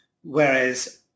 whereas